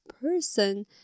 person